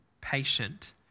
patient